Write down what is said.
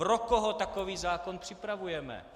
Pro koho takový zákon připravujeme?